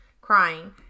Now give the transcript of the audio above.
crying